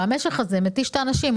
והמשך הזה מתיש את האנשים.